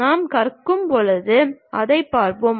நாம் கற்கும்போது அதைப் பார்ப்போம்